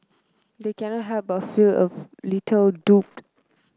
they cannot help but feel a little duped